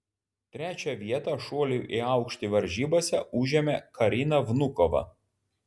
trečią vietą šuolių į aukštį varžybose užėmė karina vnukova